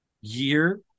year